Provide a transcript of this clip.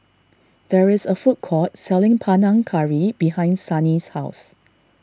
there is a food court selling Panang Curry behind Sannie's house